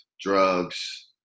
drugs